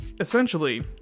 essentially